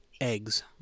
eggs